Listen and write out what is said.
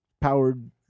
powered